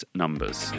numbers